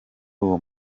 uwo